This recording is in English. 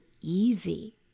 easy